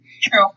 True